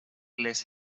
les